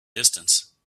distance